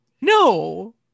no